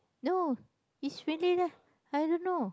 no it's windy leh I don't know